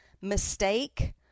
mistake